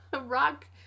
Rock